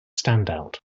standout